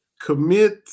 Commit